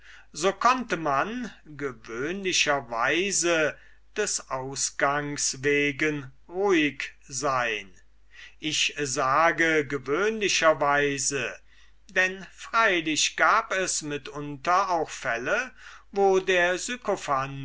so konnte man gewöhnlicher weise des ausgangs wegen ruhig sein ich sage gewöhnlicher weise denn freilich gab es mitunter auch fälle wo der